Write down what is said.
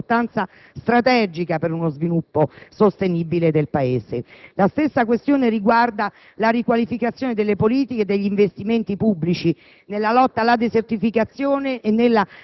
infrastrutture, torno a sottolinearlo, riveste un'importanza strategica per uno sviluppo sostenibile del Paese. È stato dato avvio, altresì, alla riqualificazione delle politiche e degli investimenti pubblici